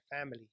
family